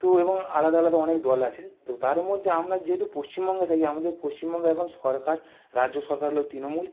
তো এবং আলাদা আলাদা অনেক দল আছে তো তার মধ্যে আমরা যেহেতু পশ্চিমবঙ্গে থাকি আমাদের পশ্চিমবঙ্গে এখন সরকার রাজ্য সরকার হল তৃণমূল